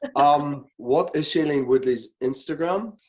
but um what is shailene woodley's instagram?